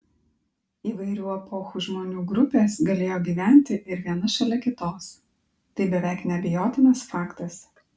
įvairių epochų žmonių grupės galėjo gyventi ir viena šalia kitos tai beveik neabejotinas faktas